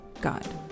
God